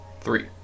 three